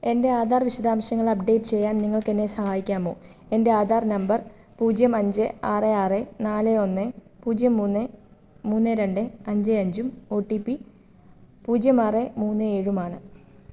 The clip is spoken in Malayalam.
എൻ്റെ ആധാർ വിശദാംശങ്ങൾ അപ്ഡേറ്റ് ചെയ്യാൻ നിങ്ങൾക്ക് എന്നെ സഹായിക്കാമോ എൻ്റെ ആധാർ നമ്പർ പൂജ്യം അഞ്ച് ആറ് ആറ് നാല് ഒന്ന് പൂജ്യം മൂന്ന് മൂന്ന് രണ്ട് അഞ്ച് അഞ്ചും ഒ ടി പി പൂജ്യം ആറ് മൂന്ന് ഏഴും ആണ്